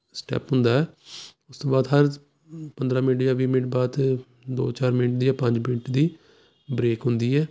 step ਹੁੰਦਾ ਉਸ ਤੋਂ ਬਾਅਦ ਹਰ ਪੰਦਰ੍ਹਾਂ ਮਿੰਟ ਜਾਂ ਵੀਹ ਮਿੰਟ ਬਾਅਦ ਦੋ ਚਾਰ ਮਿੰਟ ਦੀ ਜਾਂ ਪੰਜ ਮਿੰਟ ਦੀ ਬਰੇਕ ਹੁੰਦੀ ਹੈ